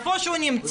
איפה שהוא נמצא,